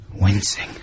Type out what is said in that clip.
wincing